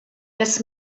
das